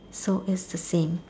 so is the same